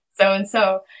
so-and-so